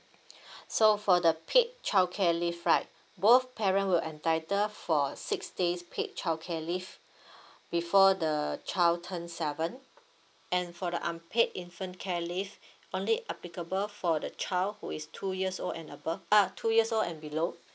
so for the paid childcare leave right both parent will entitle for six days paid childcare leave before the child turn seven and for the unpaid infant care leave only applicable for the child who is two years old and above ah two years old and below